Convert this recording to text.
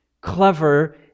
clever